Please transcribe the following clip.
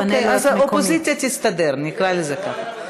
אוקיי, אז האופוזיציה תסתדר, נקרא לזה ככה.